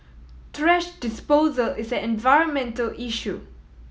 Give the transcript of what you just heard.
thrash disposal is an environmental issue